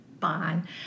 fine